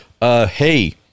Hey